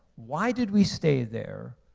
why did we stay there?